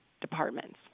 departments